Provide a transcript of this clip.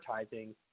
advertising